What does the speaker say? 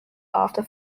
after